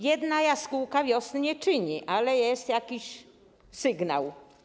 Jedna jaskółka wiosny nie czyni, ale jest jakiś sygnał.